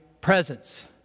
presence